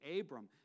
Abram